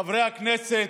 חברי הכנסת,